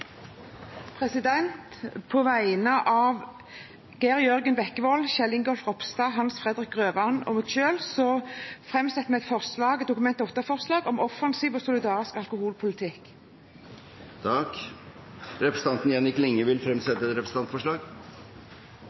På vegne av stortingsrepresentantene Geir Jørgen Bekkevold, Kjell Ingolf Ropstad, Hans Fredrik Grøvan og meg selv vil jeg sette fram et representantforslag om en offensiv og solidarisk alkoholpolitikk. Representanten Jenny Klinge vil fremsette et representantforslag.